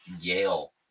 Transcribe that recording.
Yale